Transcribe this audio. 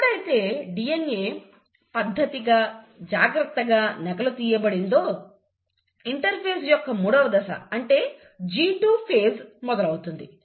ఎప్పుడైతే DNA పద్ధతిగా జాగ్రత్తగా నకలు తీయబడినదో ఇంటర్ఫేజ్ యొక్క మూడవ దశ అంటే G2 ఫేజ్ మొదలవుతుంది